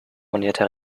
monierte